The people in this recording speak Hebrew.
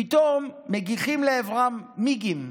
פתאום מגיחים לעברם מיגים.